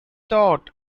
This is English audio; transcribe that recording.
thought